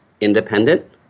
independent